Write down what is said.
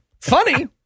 Funny